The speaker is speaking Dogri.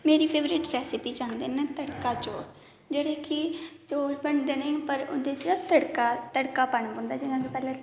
मेरी फैवरट रेसिपी च आंदे न तड़का चौल जेहडे़ कि चौल बनदे न पर उंदे च तड़का पाने पौंदा जियां कि पैहलें